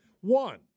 One